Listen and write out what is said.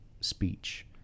speech